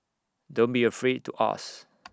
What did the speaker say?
don't be afraid to ask